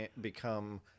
become